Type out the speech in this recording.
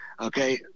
okay